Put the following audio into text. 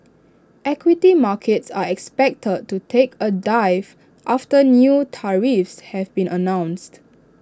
equity markets are expected to take A dive after new tariffs have been announced